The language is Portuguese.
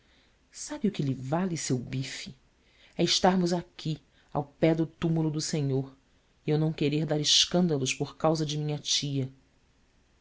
sabe o que lhe vale seu bife e estarmos aqui ao pé do túmulo do senhor e eu não querer dar escândalos por causa da minha tia